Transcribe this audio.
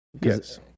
Yes